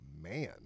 man